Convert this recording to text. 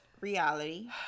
reality